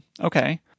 okay